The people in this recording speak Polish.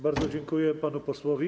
Bardzo dziękuję panu posłowi.